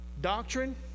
Doctrine